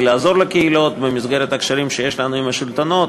לעזור לקהילות במסגרת הקשרים שיש לנו עם השלטונות.